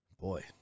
Boy